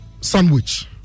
sandwich